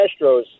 Astros